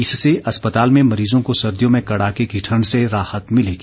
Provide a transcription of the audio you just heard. इससे अस्पताल में मरीजों को सर्दियों में कड़ाके की ठण्ड से राहत मिलेगी